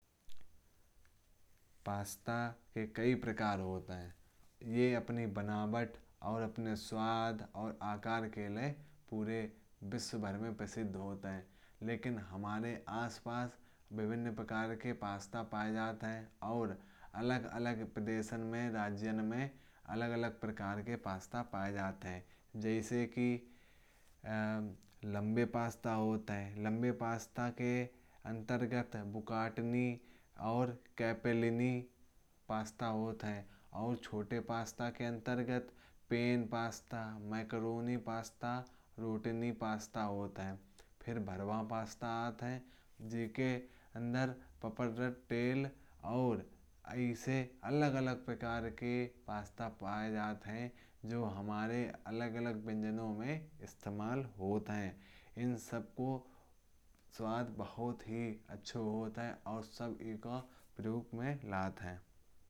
पास्ता के कई प्रकार होता है। ये अपनी बनावट और अपने स्वाद और आकार के लिए पूरे विश्व भर में प्रसिद्ध होता है। लेकिन हमारे आसपास विभिन्न प्रकार के पास्ता पाए जाता है। और अलग अलग प्रदेशन में राज्यन में। अलग अलग प्रकार के पास्ता पाए जाते हैं जैसे कि लंबे पास्ता होता है। लंबे पास्ता के अमतरगत बुकाटिनी और कैपेलीनी पास्ता होता है। और छोटे पास्ता के अमतरगत pen pasta, macaroni, pasta. Rotini pasta होता है फिर भरावा पास्ता आता है। जीके अमदृ पापड़ तेल और ऐसे अलग अलग प्रकार के पास्ता पाए जाते हैं। जो हमारे अलग अलग व्यंजनों में इस्तेमाल होता है इन सब को। स्वाद बहुत ही अच्छे होते हैं और सब एक प्रारूप में लात है।